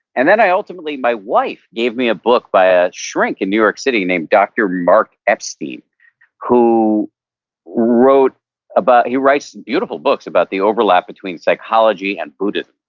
and then i ultimately, my wife gave me a book by a shrink in new york city named doctor mark epstein who wrote about, he writes beautiful books about the overlap between psychology and buddhism,